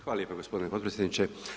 Hvala lijepo gospodine potpredsjedniče.